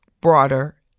broader